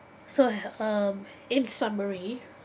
so ha~ um in summary